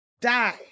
die